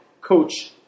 coach